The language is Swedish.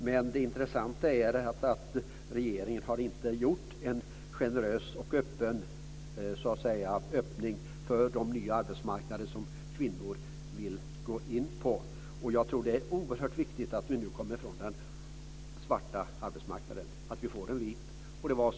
Men det intressanta är att regeringen inte har gjort en generös öppning för de nya arbetsmarknader som kvinnor vill gå in på. Jag tror att det är oerhört viktigt att vi nu kommer ifrån den svarta arbetsmarknaden, att vi får den vit.